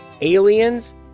Aliens